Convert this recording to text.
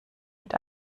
mit